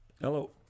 Hello